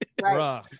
Right